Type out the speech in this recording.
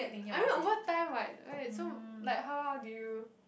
I mean over time what why so like how how do you